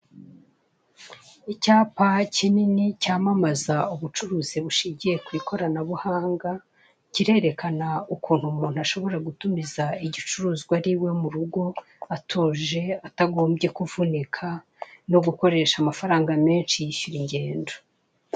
Icyapa kinini cyamamaza ubucuruzi bushingiye kw'ikoranabuhanga. Kirerekana ukuntu umuntu ashobora gutumiza igicuruzwa ari iwe mu rugo, atuje, atagombye kuvunika no gukoresha amafaranga menshi yishyura ingendo.